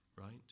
right